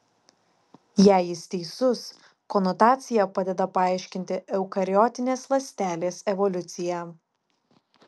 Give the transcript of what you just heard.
jei jis teisus konotacija padeda paaiškinti eukariotinės ląstelės evoliuciją